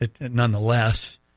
nonetheless